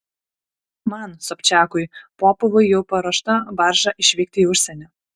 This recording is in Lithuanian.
man sobčiakui popovui jau paruošta barža išvykti į užsienį